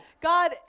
God